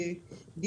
במחיר מטרה,